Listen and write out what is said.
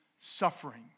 suffering